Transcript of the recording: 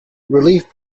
relief